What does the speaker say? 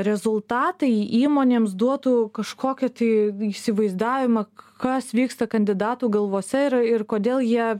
rezultatai įmonėms duotų kažkokią tai įsivaizdavimą kas vyksta kandidatų galvose ir ir kodėl jie